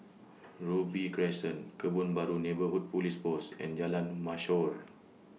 Robey Crescent Kebun Baru Neighbourhood Police Post and Jalan Mashhor